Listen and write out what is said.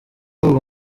ubu